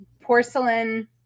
porcelain